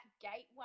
gateway